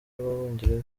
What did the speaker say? b’abongereza